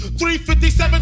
357